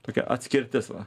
tokia atskirtis va